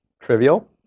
trivial